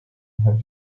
have